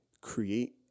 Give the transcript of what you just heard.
create